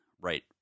right